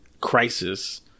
crisis